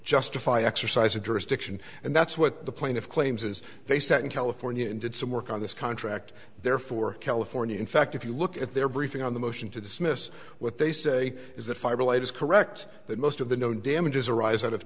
justify exercise address diction and that's what the plaintiff claims as they sat in california and did some work on this contract therefore california in fact if you look at their briefing on the motion to dismiss what they say is that firelight is correct that most of the no damages arise out of